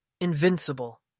invincible